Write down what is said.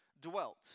dwelt